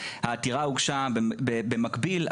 והעתירה הוגשה במקביל.